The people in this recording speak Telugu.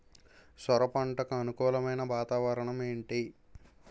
సొర పంటకు అనుకూలమైన వాతావరణం ఏంటి?